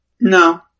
No